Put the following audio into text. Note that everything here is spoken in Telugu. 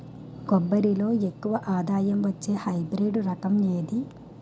కొబ్బరి లో ఎక్కువ ఆదాయం వచ్చే హైబ్రిడ్ రకం ఏది?